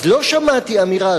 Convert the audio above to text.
אז לא שמעתי אמירה,